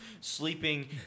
sleeping